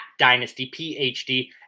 DynastyPhd